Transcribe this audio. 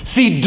See